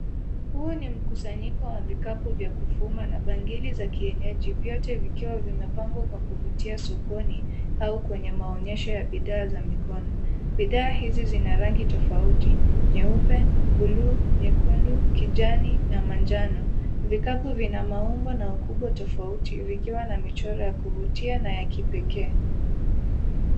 Huu ni kusanyiko wa vikapu vya kupuma na bangili za kienyeji vyote vikiwa vimepangwa kwa kuvutia sokoni au kwenye maonyesho ya bidhaa za mikono. Bidhaa hizi zina rangi tofauti nyeupe,(cs)blue(cs),nyekundu, kijani na majano. Vikapu vinamaumbo na ukubwa tofauti vikiwa na michoro ya kuvutia na ya kipekee.